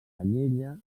canyella